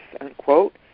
unquote